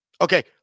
okay